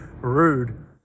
rude